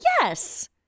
Yes